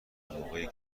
موقعی